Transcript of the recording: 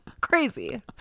Crazy